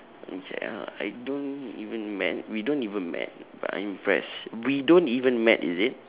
okay I I don't even mad we don't even mad but I'm impressed we don't even mad is it